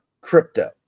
crypto